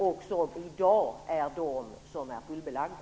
Dessa anstalter är i dag fullbelagda.